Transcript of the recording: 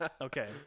Okay